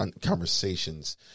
conversations